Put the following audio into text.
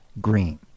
green